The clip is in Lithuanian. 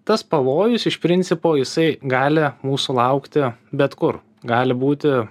tas pavojus iš principo jisai gali mūsų laukti bet kur gali būti